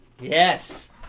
Yes